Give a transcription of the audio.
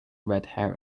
redhair